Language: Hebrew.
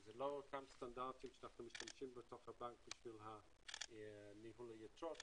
כי זה לא אותם סטנדרטים שאנחנו משתמשים בתוך הבנקים של ניהול היתרות,